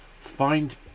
find